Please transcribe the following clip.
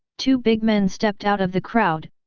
two big men stepped out of the crowd,